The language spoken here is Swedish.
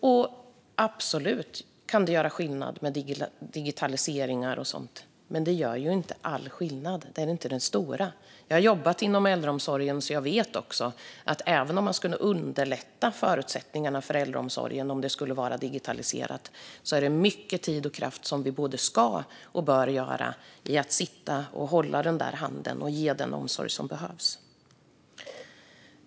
Det kan absolut göra skillnad med digitaliseringar, men det gör inte all skillnad. Det är inte det stora. Jag har jobbat inom äldreomsorgen. Jag vet därför att även om man genom digitalisering skulle underlätta förutsättningarna för äldreomsorgen är det mycket tid och kraft som vi både ska och bör lägga på att sitta och hålla den där handen och ge den omsorg som behövs.